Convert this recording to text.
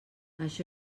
això